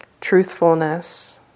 truthfulness